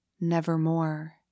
Nevermore